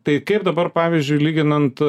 tai kaip dabar pavyzdžiui lyginant